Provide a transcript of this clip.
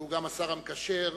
שהוא גם השר המקשר,